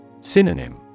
Synonym